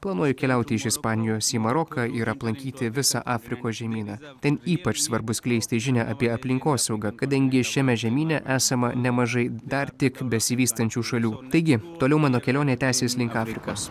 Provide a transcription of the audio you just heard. planuoju keliauti iš ispanijos į maroką ir aplankyti visą afrikos žemyną ten ypač svarbu skleisti žinią apie aplinkosaugą kadangi šiame žemyne esama nemažai dar tik besivystančių šalių taigi toliau mano kelionė tęsis link afrikos